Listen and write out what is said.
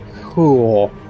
Cool